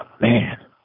man